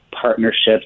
partnerships